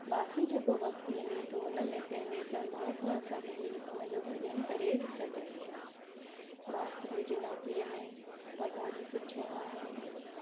बाक़ी जेको वक़्तु मिले थो हुन में पंहिंजे परमात्मा सां मिली हुन जो भजन करे बि सघनि थियूं मास्तरीअ जी नौकरीअ में पघारियूं सुठियूं आहिनि